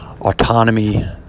autonomy